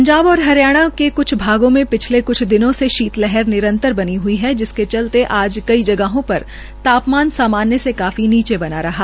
पंजाब और हरियाणा के क्छ भागों में पिछले क्छ दिनों से शीत लहर निरंतर बनी हई है जिसके चलते आज कई जगहों पर तापमान सामान्य से काफी नीचे बना रहा